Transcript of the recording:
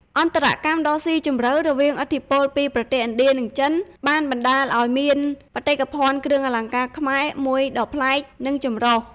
អន្តរកម្មដ៏ស៊ីជម្រៅរវាងឥទ្ធិពលពីប្រទេសឥណ្ឌា និងចិន បានបណ្តាលឱ្យមានបេតិកភណ្ឌគ្រឿងអលង្ការខ្មែរមួយដ៏ប្លែក និងចម្រុះ។